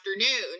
afternoon